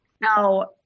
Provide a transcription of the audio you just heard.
Now